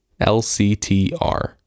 LCTR